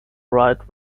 right